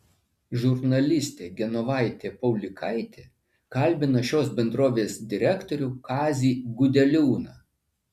žurnalistė genovaitė paulikaitė kalbina šios bendrovės direktorių kazį gudeliūną